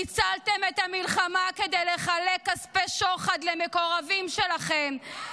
ניצלתם את המלחמה כדי לחלק כספי שוחד למקורבים שלכם -- די כבר.